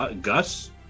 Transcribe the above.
gus